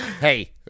Hey